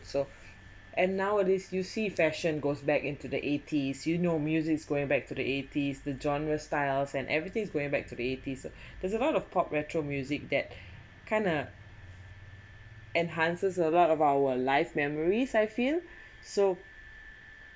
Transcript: so and nowadays you see fashion goes back into the eighties you know music is going back to the eighties the genre styles and everything's going back to the eighties uh there's a lot of pop retro music that kind of enhances a lot of our life memories I feel so